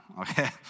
okay